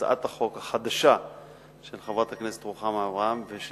הצעת החוק החדשה של חברת הכנסת רוחמה אברהם ושל,